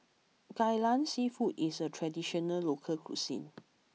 Kai Lan seafood is a traditional local cuisine